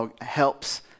helps